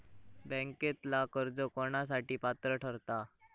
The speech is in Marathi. बँकेतला कर्ज कोणासाठी पात्र ठरता?